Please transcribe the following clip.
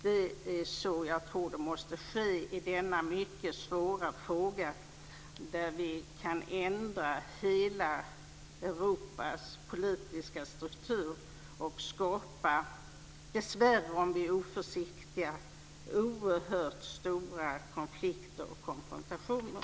Det är så jag tror att det måste ske i denna mycket svåra fråga, där vi kan ändra hela Europas politiska struktur och dessvärre, om vi är oförsiktiga, skapa oerhört stora konflikter och konfrontationer.